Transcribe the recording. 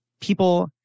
people